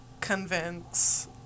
convince